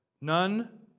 None